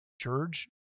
George